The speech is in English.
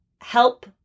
help